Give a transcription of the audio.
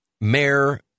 Mayor